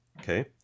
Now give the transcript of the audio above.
Okay